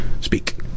speak